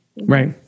Right